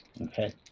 Okay